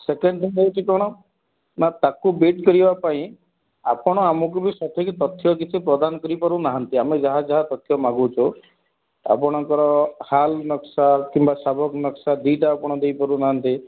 second thing ହେଉଛି କ'ଣ ନା ତାକୁ ବିଟ୍ କରିବା ପାଇଁ ଆପଣ ଆମକୁ ବି ସଠିକ୍ ତଥ୍ୟ କିଛି ପ୍ରଦାନ କରିପାରୁନାହାନ୍ତି ଆମେ ଯାହା ଯାହା ତଥ୍ୟ ମାଗୁଛୁ ଆପଣଙ୍କର ହାଲ୍ ନକ୍ସା କିମ୍ବା ସାବକ ନକ୍ସା ଦୁଇଟା ଆପଣ ଦେଇ ପାରୁନାହାନ୍ତି